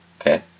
okay